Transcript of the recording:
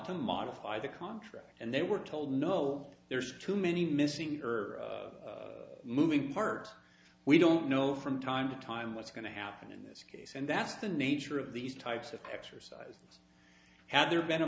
to modify the contract and they were told no there's too many missing her moving part we don't know from time to time what's going to happen in this case and that's the nature of these types of exercises had there been a